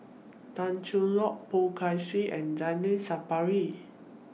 Tan Cheng Lock Poh Kay Swee and Zainal Sapari